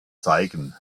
zeigen